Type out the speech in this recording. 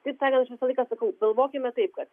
kitaip sakant aš visą laiką sakau galvokime taip kad